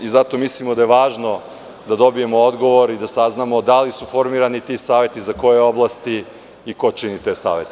Mislimo da je važno da dobijemo odgovor i da saznamo da li su formirani ti saveti, za koje oblasti i ko čini te savete.